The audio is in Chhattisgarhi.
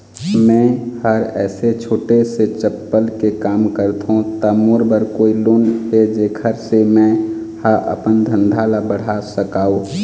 मैं हर ऐसे छोटे से चप्पल के काम करथों ता मोर बर कोई लोन हे जेकर से मैं हा अपन धंधा ला बढ़ा सकाओ?